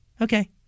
Okay